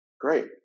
Great